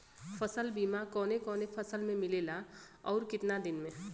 फ़सल बीमा कवने कवने फसल में मिलेला अउर कितना दिन में?